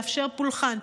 לאפשר פולחן,